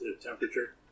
temperature